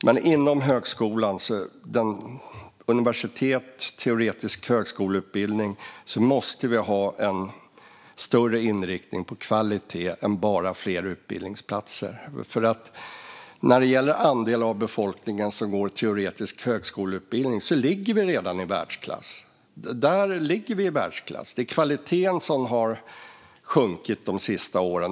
Men inom universitetsutbildningen och den teoretiska högskoleutbildningen måste vi ha mer inriktning på kvalitet och inte bara ta fram fler utbildningsplatser. När det gäller andel av befolkningen som går en teoretisk högskoleutbildning ligger vi redan i världsklass. Det är kvaliteten som har sjunkit de senaste åren.